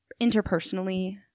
interpersonally